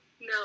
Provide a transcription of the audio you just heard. No